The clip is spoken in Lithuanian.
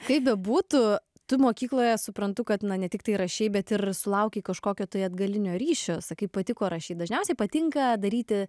kaip bebūtų tu mokykloje suprantu kad na ne tiktai rašei bet ir sulaukei kažkokio tai atgalinio ryšio sakai patiko rašyt dažniausiai patinka daryti